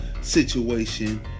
situation